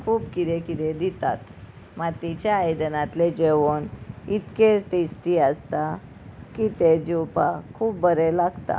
खूब कितें कितें दितात मातयेच्या आयदनांतले जेवण इतके टेस्टी आसता की तें जेवपाक खूब बरें लागता